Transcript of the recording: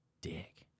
dick